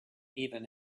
even